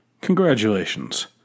Congratulations